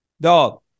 dog